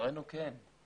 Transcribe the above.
לצערנו זה קורה.